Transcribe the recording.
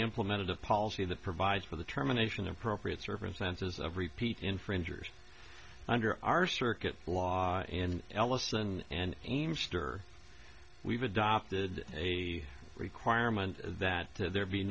implemented a policy that provides for the terminations appropriate circumstances of repeat infringers under our circuit law and ellison and aimster we've adopted a requirement that there be